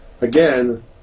again